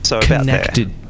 connected